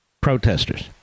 protesters